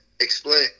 explain